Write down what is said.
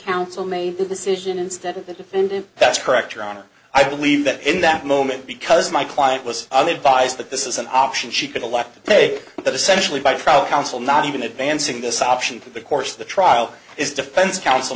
council made the decision instead of the defendant that's correct your honor i believe that in that moment because my client was on the advice that this is an option she could allow to pay that essentially by proud counsel not even advancing this option for the course of the trial is defense counsel